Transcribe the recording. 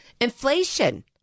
inflation